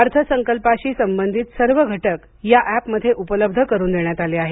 अर्थसंकल्पाशी संबधित सर्व घटक या अॅपमध्ये उपलब्ध करून देण्यात आले आहेत